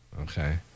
Okay